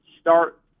start